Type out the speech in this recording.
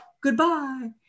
goodbye